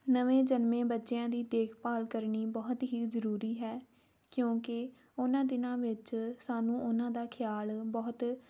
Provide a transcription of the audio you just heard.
ਨਵੇਂ ਜਨਮੇ ਬੱਚਿਆਂ ਦੀ ਦੇਖਭਾਲ ਕਰਨੀ ਬਹੁਤ ਹੀ ਜ਼ਰੂਰੀ ਹੈ ਕਿਉਂਕਿ ਉਹਨਾਂ ਦਿਨਾਂ ਵਿੱਚ ਸਾਨੂੰ ਉਹਨਾਂ ਦਾ ਖਿਆਲ ਬਹੁਤ